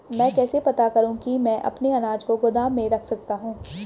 मैं कैसे पता करूँ कि मैं अपने अनाज को गोदाम में रख सकता हूँ?